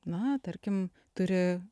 na tarkim turi